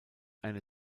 einer